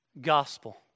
gospel